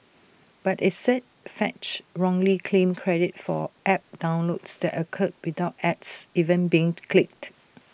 but IT said fetch wrongly claimed credit for app downloads that occurred without ads ever being clicked